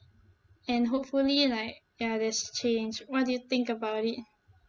and hopefully like ya there's change what do you think about it